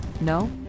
no